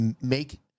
make